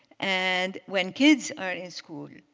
and when kids are in school,